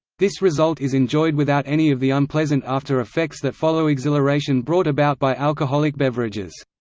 this result is enjoyed without any of the unpleasant after-effects that follow exhilaration brought about by alcoholic beverages.